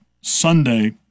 Sunday